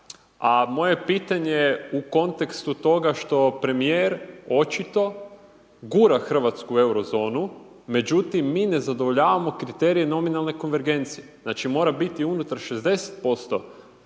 moje pitanje je u kontekstu toga što premijer očito gura Hrvatsku u euro zonu, međutim mi ne zadovoljavamo kriterije nominalne konvergencije, znači mora biti unutar 60%